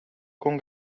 con